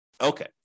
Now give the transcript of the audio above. Okay